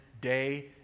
day